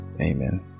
Amen